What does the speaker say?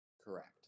correct